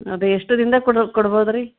ಅದೇ ಎಷ್ಟು ದಿನ್ದಾಗ ಕೊಡ್ ಕೊಡ್ಬೌದು ರೀ